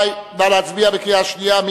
רבותי, בבקשה להצביע בקריאה שנייה.